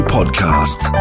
Podcast